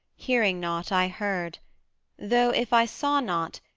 hearing not i heard though, if i saw not,